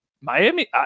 Miami